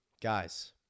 Guys